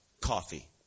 Coffee